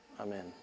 amen